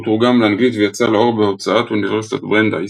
הוא תורגם לאנגלית ויצא לאור בהוצאת אוניברסיטת ברנדייס.